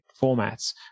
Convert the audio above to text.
formats